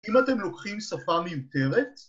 אם אתם לוקחים שפה מיותרת